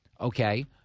Okay